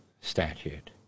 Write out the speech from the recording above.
statute